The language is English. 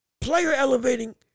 player-elevating